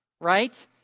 right